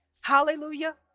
hallelujah